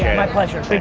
my pleasure.